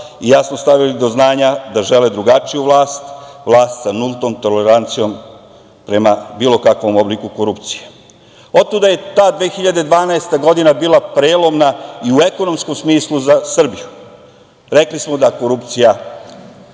i jasno stavili do znanja da žele drugačiju vlast, vlast sa nultom tolerancijom prema bilo kakvom obliku korupcije. Otuda je ta 2012. godina, bila prelomna i u ekonomskom smislu za Srbiju. Rekli smo da korupcija